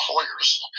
employers